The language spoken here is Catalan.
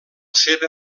seva